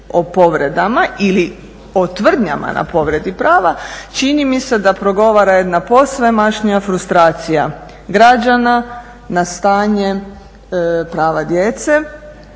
o povredama ili o tvrdnjama na povredi prava čini mi se da progovara jedna posvemašnja frustracija građana na stanje prava djece